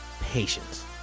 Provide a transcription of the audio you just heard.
patience